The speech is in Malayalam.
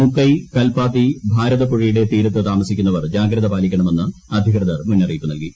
മുക്കൈ കൽപ്പാത്തി ഭാരതപ്പുഴയുടെ തീരത്ത് താമസിക്കുന്നവർ ജാഗ്രത പാലിക്കണമെന്ന് അധികൃതർ മുന്നറിയിപ്പ് നൽകി